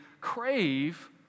crave